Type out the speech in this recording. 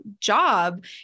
job